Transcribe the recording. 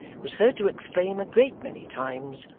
was heard to exclaim a great many times,